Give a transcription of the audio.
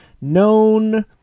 Known